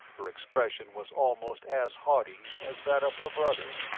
her expression was almost as haughty as that of her brother.